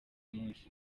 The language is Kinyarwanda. munsi